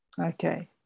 Okay